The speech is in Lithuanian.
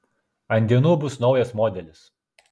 ant dienų bus naujas modelis